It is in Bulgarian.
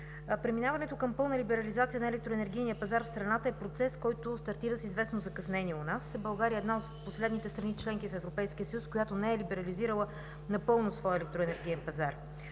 Преминаването към пълна либерализация на електроенергийния пазар в страната е процес, който стартира с известно закъснение у нас – България е една от последните страни – членки на Европейския съюз, която не е либерализирала напълно своя електроенергиен пазар.